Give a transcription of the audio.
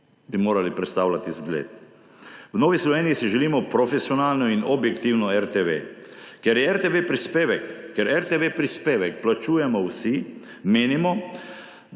Bi morali predstavljati zgled. V Novi Sloveniji si želimo profesionalno in objektivno RTV. Ker RTV prispevek plačujemo vsi, menimo,